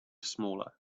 smaller